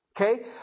okay